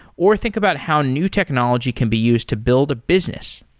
or think about how new technology can be used to build a business.